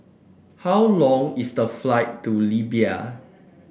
how long is the flight to Libya